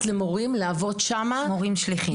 למורים לעבוד שם מורים ישראלים שליחים.